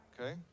okay